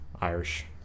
Irish